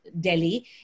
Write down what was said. Delhi